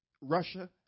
Russia